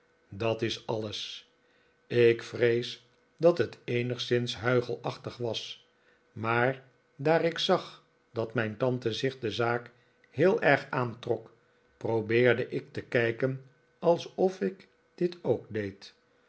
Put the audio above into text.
dat is alles ik vrees dat het eenigszins huichelachtig was maar daar ik zag dat mijn tante zich de zaak heel erg aantrok probeerde ik te kijken alsof ik dit ook deed